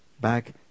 back